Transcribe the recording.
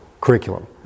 curriculum